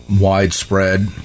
widespread